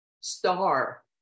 star